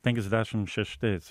penkiasdešim šeštais